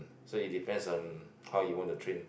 so it depends on how you want to train